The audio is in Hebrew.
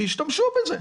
שישתמשו בזה?